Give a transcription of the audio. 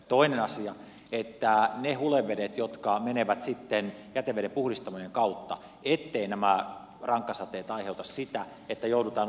toinen asia on etteivät niille hulevesille jotka menevät sitten jätevedenpuhdistamojen kautta nämä rankkasateet aiheuta sitä että joudutaan ohijuoksutuksia tekemään